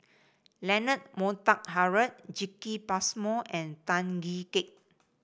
Leonard Montague Harrod Jacki Passmore and Tan Kee Sek